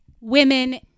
women